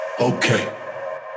Okay